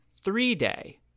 three-day